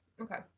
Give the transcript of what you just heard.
Okay